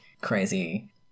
crazy